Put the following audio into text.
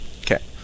Okay